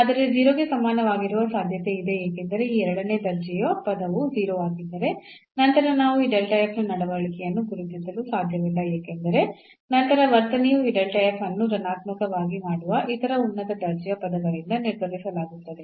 ಆದರೆ 0 ಗೆ ಸಮನಾಗಿರುವ ಸಾಧ್ಯತೆಯಿದೆ ಏಕೆಂದರೆ ಈ ಎರಡನೇ ದರ್ಜೆಯ ಪದವು 0 ಆಗಿದ್ದರೆ ನಂತರ ನಾವು ಈ ನ ನಡವಳಿಕೆಯನ್ನು ಗುರುತಿಸಲು ಸಾಧ್ಯವಿಲ್ಲ ಏಕೆಂದರೆ ನಂತರ ವರ್ತನೆಯು ಈ ಅನ್ನು ಋಣಾತ್ಮಕವಾಗಿ ಮಾಡುವ ಇತರ ಉನ್ನತ ದರ್ಜೆಯ ಪದಗಳಿಂದ ನಿರ್ಧರಿಸಲಾಗುತ್ತದೆ